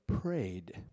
prayed